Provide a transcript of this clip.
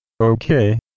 Okay